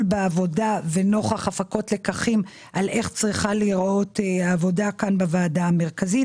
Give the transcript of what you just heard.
בעבודה ונוכח הפקת לקחים על איך צריכה לראות העבודה בוועדה המרכזית.